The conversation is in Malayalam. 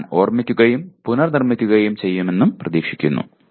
ഞാൻ ഓർമ്മിക്കുകയും പുനർനിർമ്മിക്കുകയും ചെയ്യുമെന്നും പ്രതീക്ഷിക്കപ്പെടുന്നു